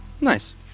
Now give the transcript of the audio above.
Nice